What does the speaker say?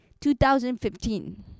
2015